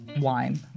wine